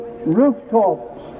rooftops